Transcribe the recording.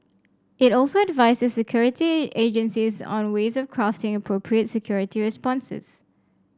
it also advises security agencies on ways of crafting appropriate security responses